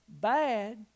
bad